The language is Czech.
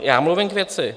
Já mluvím k věci.